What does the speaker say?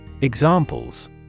Examples